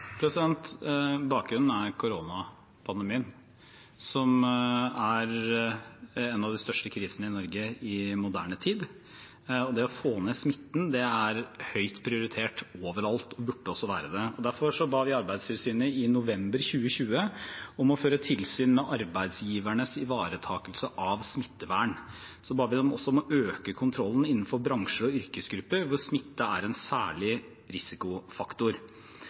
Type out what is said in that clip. er bakgrunnen for at dette området nedprioriteres?» Bakgrunnen er koronapandemien, som er en av de største krisene i Norge i moderne tid. Å få ned smitten er høyt prioritert overalt – det burde også være det. Derfor ba vi Arbeidstilsynet i november 2020 om å føre tilsyn med arbeidsgivernes ivaretakelse av smittevern. Vi ba dem også om å øke kontrollen innenfor bransjer og yrkesgrupper hvor smitte er en særlig risikofaktor.